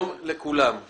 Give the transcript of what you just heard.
אני